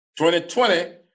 2020